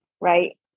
right